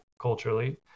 culturally